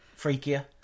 freakier